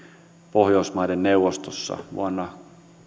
pohjoismaiden neuvostossa vuonna